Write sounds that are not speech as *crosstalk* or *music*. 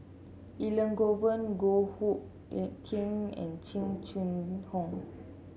Elangovan Goh Hood *unintelligible* Keng and Jing Jun Hong